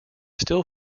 still